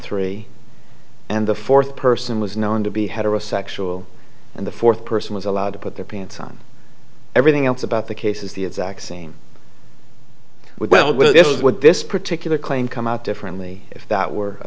three and the fourth person was known to be heterosexual and the fourth person was allowed to put their pants on everything else about the case is the exact same well this is what this particular claim come out differently if that were a